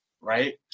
right